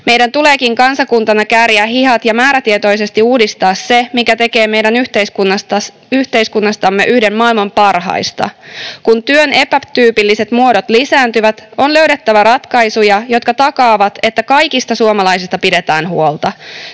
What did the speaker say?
Meidän tuleekin kansakuntana kääriä hihat ja määrätietoisesti uudistaa se, mikä tekee meidän yhteiskunnastamme yhden maailman parhaista. Kun työn epätyypilliset muodot lisääntyvät, on löydettävä ratkaisuja, jotka takaavat, että kaikista suomalaisista pidetään huolta.